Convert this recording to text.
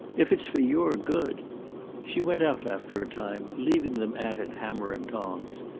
if it's for your good she went out after a time, leaving them at it hammer and tongs.